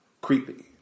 creepy